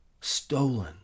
Stolen